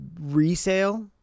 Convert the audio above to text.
resale